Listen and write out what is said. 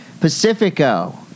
Pacifico